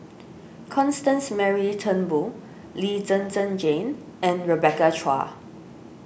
Constance Mary Turnbull Lee Zhen Zhen Jane and Rebecca Chua